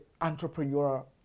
entrepreneur